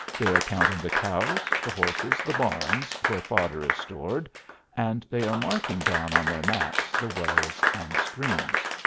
they are counting the cows, the horses, the barns where fodder is stored and they are marking down on their maps the wells and streams.